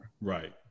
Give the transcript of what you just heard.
Right